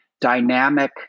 dynamic